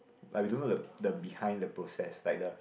like we don't know the the behind the process like the